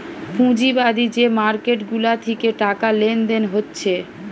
পুঁজিবাদী যে মার্কেট গুলা থিকে টাকা লেনদেন হচ্ছে